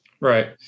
Right